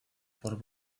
por